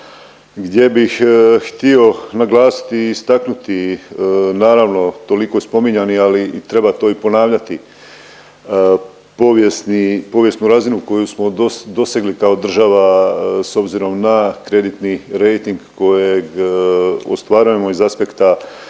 gdje bi htio naglasiti i istaknuti naravno toliko spominjani ali treba to i ponavljati, povijesni, povijesnu razinu koju smo dosegli kao država s obzirom na kreditni rejting kojeg ostvarujemo iz aspekta